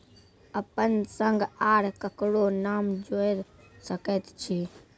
अपन संग आर ककरो नाम जोयर सकैत छी?